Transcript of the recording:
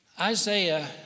Isaiah